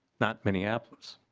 not minneapolis.